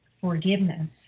forgiveness